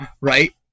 right